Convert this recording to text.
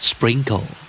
Sprinkle